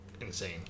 insane